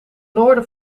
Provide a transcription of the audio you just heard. noorden